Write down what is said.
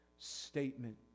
statement